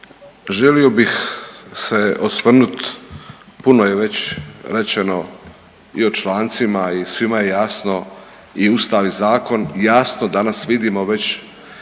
želio bih se osvrnut, puno je već rečeno i o člancima i svima je jasno i ustav i zakon i jasno danas vidimo već